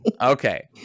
Okay